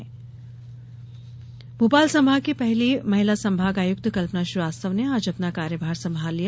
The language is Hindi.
संभागायुक्त भोपाल संभाग की पहली महिला संभाग आयुक्त कल्पना श्रीवास्तव ने आज अपना कार्यभार संभाल लिया